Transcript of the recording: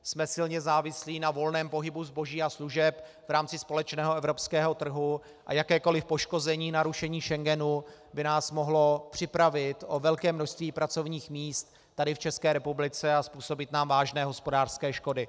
Jsme silně závislí na volném pohybu zboží a služeb v rámci společného evropského trhu a jakékoliv poškození, narušení Schengenu by nás mohlo připravit o velké množství pracovních míst tady v České republice a způsobit nám vážné hospodářské škody.